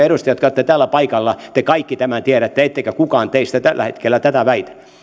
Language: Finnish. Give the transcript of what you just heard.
edustajat jotka olette täällä paikalla kaikki tämän tiedätte ettekä kukaan teistä tällä hetkellä tätä väitä